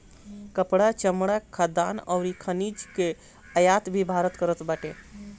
कपड़ा, चमड़ा, खाद्यान अउरी खनिज कअ आयात भी भारत करत बाटे